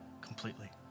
completely